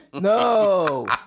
No